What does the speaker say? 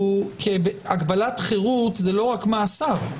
הגבלת חירות זה לא רק מאסר.